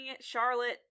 Charlotte